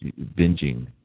binging